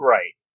Right